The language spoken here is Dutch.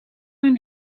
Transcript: hun